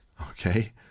okay